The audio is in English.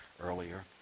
earlier